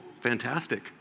fantastic